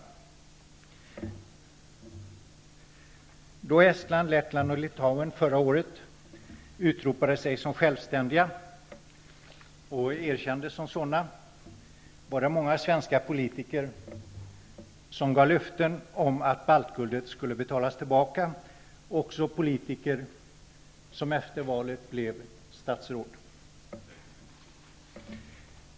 Då Estland, Lettland och Litauen förra året utropade sig som självständiga och erkändes som sådana, var det många svenska politiker som gav löften om att baltguldet skulle betalas tillbaka, också politiker som efter valet blev statsråd.